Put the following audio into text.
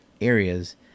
areas